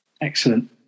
Excellent